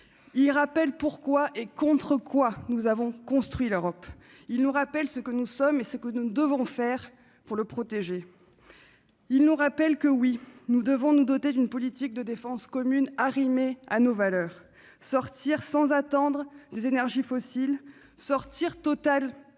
Il rappelle pourquoi et contre quoi nous avons construit l'Europe. Il nous rappelle ce que nous sommes et ce que nous devons faire pour le protéger. Il nous rappelle que nous devons nous doter d'une politique de défense commune, arrimée à nos valeurs, et sortir sans attendre des énergies fossiles, ce qui implique